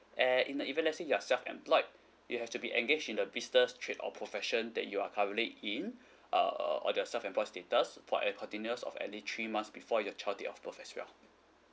eh in the event let's say you're self employed you have to be engaged in the business trip or profession that you are currently in uh or the self employed status for a continuous of at least three months before your child date of birth as well